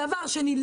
דבר שני,